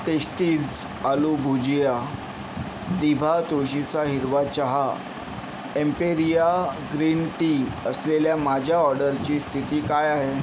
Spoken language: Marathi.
टेस्टीज आलू भुजिया दिभा तुळशीचा हिरवा चहा एम्पेरिया ग्रीन टी असलेल्या माझ्या ऑर्डरची स्थिती काय आहे